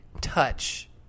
touch